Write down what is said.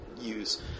use